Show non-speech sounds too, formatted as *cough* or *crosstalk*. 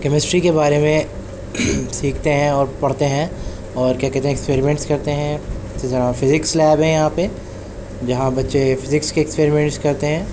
chemistry کے بارے میں سیکھتے ہیں اور پڑھتے اور کیا کہتے ایکسپریمنٹس کرتے ہیں *unintelligible* فزکس لیب ہے یہاں پہ جہاں بچے فزکس کی ایکسپریمنٹس کرتے ہیں